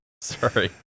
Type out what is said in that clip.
Sorry